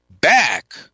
back